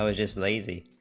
so is is lazy